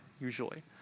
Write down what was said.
usually